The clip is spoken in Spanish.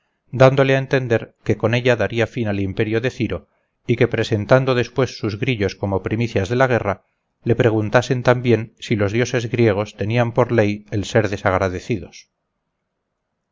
dándole a entender que con ella daría fin al imperio de ciro y que presentando después sus grillos como primicias de la guerra le preguntasen también si los dioses griegos tenían por ley el ser desagradecidos